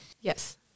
Yes